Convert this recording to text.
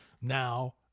Now